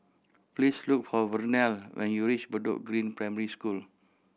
please look for Vernelle when you reach Bedok Green Primary School